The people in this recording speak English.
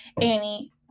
Annie